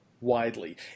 widely